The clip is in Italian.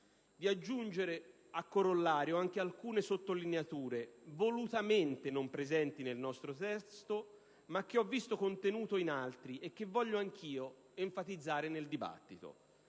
di aggiungere a corollario anche alcune sottolineature volutamente non presenti nel nostro testo, ma che ho visto contenute in altri e che voglio anch'io enfatizzare nel dibattito.